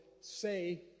say